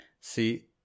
See